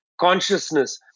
consciousness